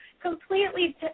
completely